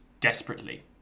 desperately